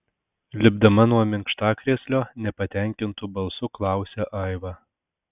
lipdama nuo minkštakrėslio nepatenkintu balsu klausia aiva